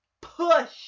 push